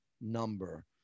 number